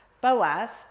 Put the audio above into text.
Boaz